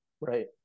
Right